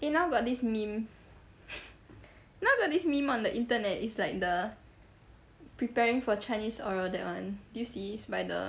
eh now got this meme now got this meme on the internet it's like the preparing for chinese oral that [one] did you see it's by the